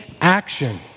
action